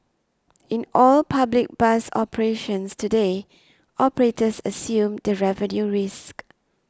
in all public bus operations today operators assume the revenue risk